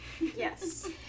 yes